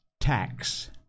tax